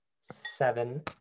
seven